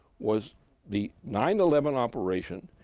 was the nine eleven operation,